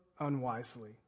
Unwisely